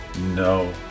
No